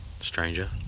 Stranger